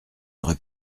aurait